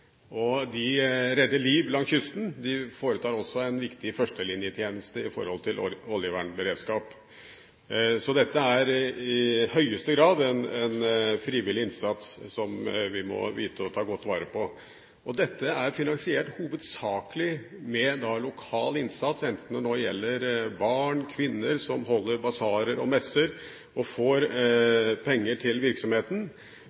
og deres finansieringsgrunnlag, som i høyeste grad er en viktig del av det spørsmålet som nå behandles. De redder liv langs kysten. De foretar også en viktig førstelinjetjeneste med hensyn til oljevernberedskap. Så dette er i høyeste grad en frivillig innsats som vi må vite å ta godt vare på. Dette er finansiert hovedsakelig med lokal innsats, f.eks. barn/kvinner som holder basarer og messer, og får